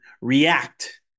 react